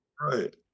right